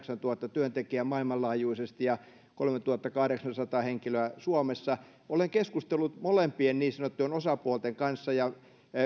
työntekijää maailmanlaajuisesti ja kolmetuhattakahdeksansataa henkilöä suomessa olen keskustellut molempien niin sanottujen osapuolten kanssa ja